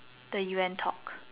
the U_N talk